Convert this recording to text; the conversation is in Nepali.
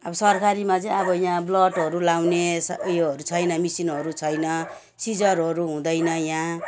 अब सरकारीमा चाहिँ अब यहाँ ब्लडहरू लगाउने उयोहरू छैन मसिनहरू छैन सिजरहरू हुँदैन यहाँ